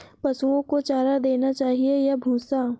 पशुओं को चारा देना चाहिए या भूसा?